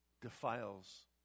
defiles